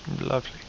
lovely